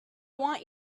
want